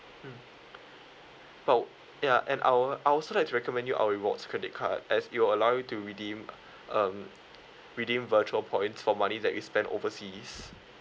mm oh yeah and I'll I also like to recommend you our rewards credit card as it will allow you to redeem um redeem virtual points for money that you spent overseas